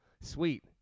Sweet